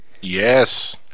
Yes